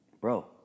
bro